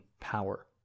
power